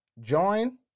Join